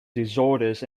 disorders